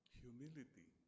humility